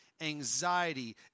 anxiety